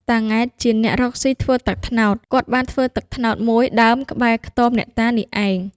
តា ង៉ែត ជាអ្នក រកស៊ីធ្វើទឹកត្នោត គាត់បានធ្វើទឹកត្នោតមួយដើមក្បែរខ្ទមអ្នកតានេះឯង ។